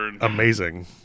amazing